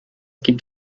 gibt